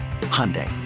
Hyundai